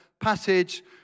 passage